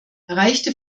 erreichte